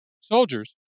soldiers